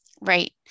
Right